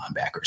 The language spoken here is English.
linebackers